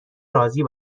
راضی